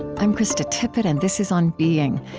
i'm krista tippett, and this is on being.